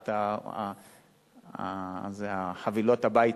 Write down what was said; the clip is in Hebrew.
תופעת החבילות הביתה,